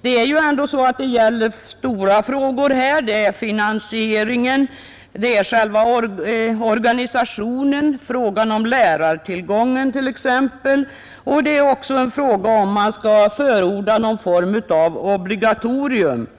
Det gäller ändå stora frågor såsom finansieringen, organisationen, lärartillgången, frågan om man skall förorda någon form av obligatorium osv.